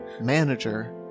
manager